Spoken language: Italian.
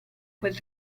quel